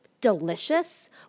delicious